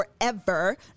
Forever